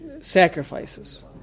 sacrifices